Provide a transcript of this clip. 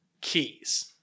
keys